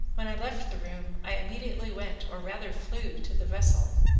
when i left the room i immediately went, or rather flew, to the vessel,